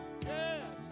Yes